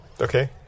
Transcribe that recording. Okay